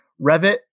Revit